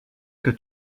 que